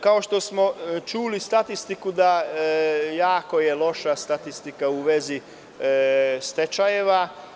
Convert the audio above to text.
Kao što smo čuli statistiku, jako je loša statistika u vezi stečajeva.